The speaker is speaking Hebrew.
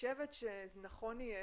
זה נכון יהיה